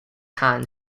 hand